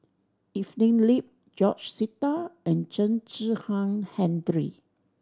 Evelyn Lip George Sita and Chen Kezhan Henri